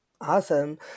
Awesome